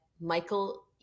Michael